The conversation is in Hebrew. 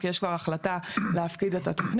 כי יש כבר החלטה להפקיד את התכנית.